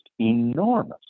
enormous